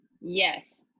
Yes